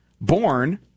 born